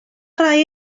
rai